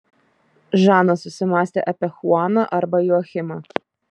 žana susimąstė apie chuaną arba joachimą